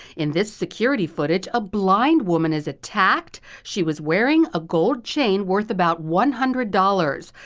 in this security footage, a blind woman is attacked. she was wearing a gold chain worth about one hundred dollars.